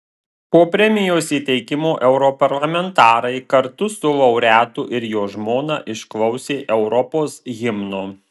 po premijos įteikimo europarlamentarai kartu su laureatu ir jo žmona išklausė europos himno